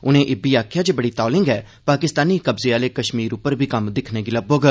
उनें इब्बी आखेआ जे बड़ी तौले गै पाकिस्तानी कब्जे आहले कश्मीर उप्पर बी कम्म दिक्खने गी लब्बोग